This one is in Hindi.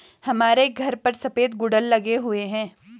हमारे घर पर सफेद गुड़हल लगे हुए हैं